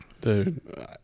Dude